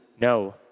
No